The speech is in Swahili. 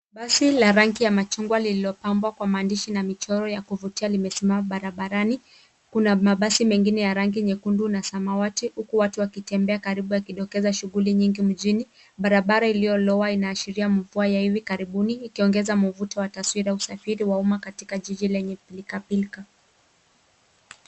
Basi la rangi ya machungwa lililopambwa kwa maandishi na michoro ya kuvutia limesimama barabarani. Kuna mabasi mengine ya rangi nyekundu na samawati huku watu wakitembea karibu wakidokeza shughuli nyingi mjini. Barabara iliyolowa inaashiria mvua ya hivi karibuni ikiongeza mvuto wa taswira ya usafiri wa umma katika jiji lenye pilkapilka.